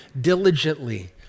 diligently